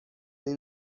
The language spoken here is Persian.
این